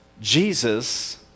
Jesus